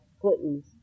Clintons